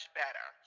better